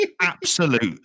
Absolute